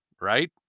right